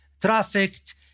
trafficked